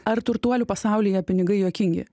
ar turtuolių pasaulyje pinigai juokingi